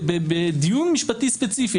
בדיון משפטי ספציפי,